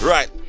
Right